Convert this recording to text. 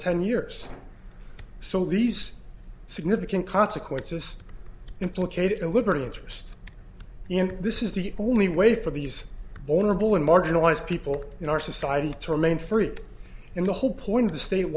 ten years so these significant consequences implicated a liberty interest in this is the only way for these vulnerable and marginalised people in our society to remain free and the whole point of the state